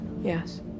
Yes